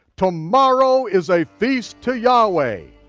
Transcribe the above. tomorrow is a feast to yahweh.